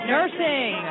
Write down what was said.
Nursing